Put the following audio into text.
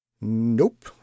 Nope